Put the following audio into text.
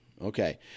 Okay